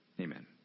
amen